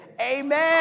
Amen